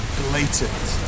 blatant